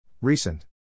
Recent